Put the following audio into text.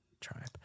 Tribe